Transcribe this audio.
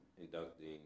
inducting